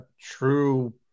true